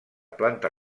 planta